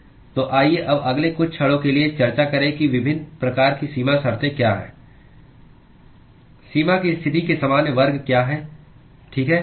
तो आइए अब अगले कुछ क्षणों के लिए चर्चा करें कि विभिन्न प्रकार की सीमा शर्तें क्या हैं सीमा की स्थिति के सामान्य वर्ग क्या हैं ठीक है